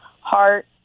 heart